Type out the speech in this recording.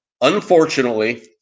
unfortunately